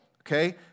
Okay